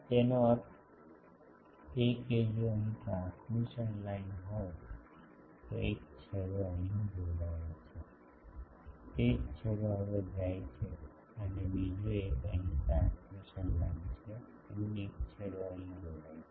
તેનો અર્થ એ કે જો અહીં ટ્રાન્સમિશન લાઇન હોય તો એક છેડો અહીં જોડાયેલ છે તે જ છેડો હવે જાય છે અને બીજો એક અહીં ટ્રાન્સમિશન લાઇન છે અન્ય છેડો અહીં જોડાય છે